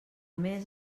més